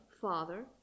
father